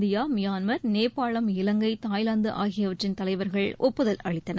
India Myanmar நேபாளம் இலங்கை Thailand ஆகியவற்றின் தலைவர்கள் ஒப்புதல் அளித்தனர்